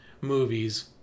movies